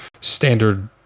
standard